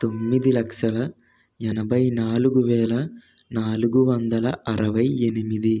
తొమ్మిది లక్షల ఎనభై నాలుగు వేల నాలుగు వందల అరవై ఎనిమిది